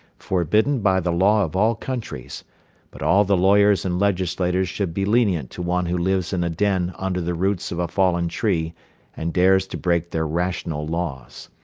forbidden by the law of all countries but all the lawyers and legislators should be lenient to one who lives in a den under the roots of a fallen tree and dares to break their rational laws.